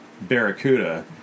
barracuda